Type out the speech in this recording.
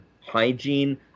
hygiene